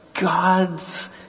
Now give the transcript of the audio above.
God's